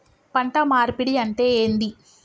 పంట మార్పిడి అంటే ఏంది?